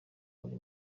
buri